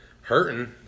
hurting